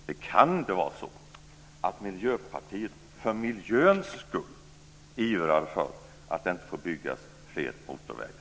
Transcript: Det kan inte vara så att Miljöpartiet för miljöns skull ivrar för att det inte får byggas fler motorvägar.